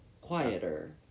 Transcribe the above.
quieter